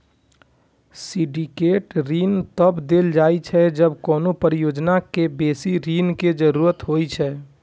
syndicate ऋण तब देल जाइ छै, जब कोनो परियोजना कें बेसी ऋण के जरूरत होइ छै